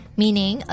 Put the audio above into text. meaning